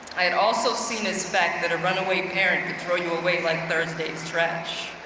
i had also seen as fact that a runaway parent could through you away like thursday's trash.